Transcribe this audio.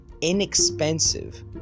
inexpensive